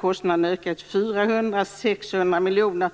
Kostnaderna ökade med 400-600 miljoner kronor,